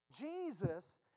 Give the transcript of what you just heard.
Jesus